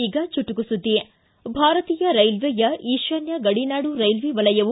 ಈಗ ಚುಟುಕು ಸುದ್ದಿ ಭಾರತೀಯ ರೈಲ್ವೆಯ ಈಶನ್ಯ ಗಡಿನಾಡು ರೈಲ್ವೆ ವಲಯವು